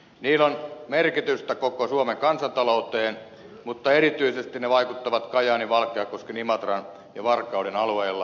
niillä on merkitystä koko suomen kansantalouteen mutta erityisesti ne vaikuttavat kajaanin valkeakosken imatran ja varkauden alueilla ja ihmisiin